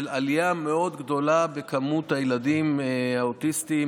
של עלייה מאוד גדולה בכמות הילדים האוטיסטים,